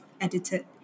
edited